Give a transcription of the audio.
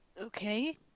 Okay